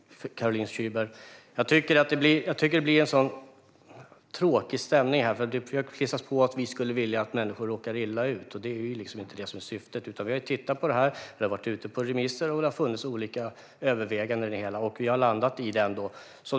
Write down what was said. Herr talman och Caroline Szyber! Jag tycker att det blir så tråkig stämning, för det klistras på oss att vi skulle vilja att människor råkar illa ut. Det är liksom inte det som är syftet. Vi har tittat på detta, det har varit ute på remiss och det har funnits olika överväganden, och vi har landat i detta.